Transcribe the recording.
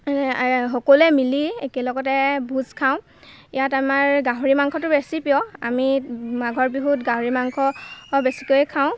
সকলোৱে মিলি একেলগতে ভোজ খাওঁ ইয়াত আমাৰ গাহৰি মাংসটো বেছি প্ৰিয় আমি মাঘৰ বিহুত গাহৰি মাংস বেছিকৈ খাওঁ